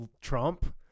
Trump